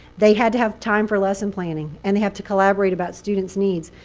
they had to have time for lesson planning. and they have to collaborate about students' needs.